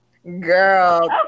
girl